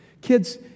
Kids